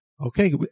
Okay